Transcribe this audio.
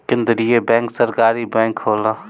केंद्रीय बैंक सरकारी बैंक होला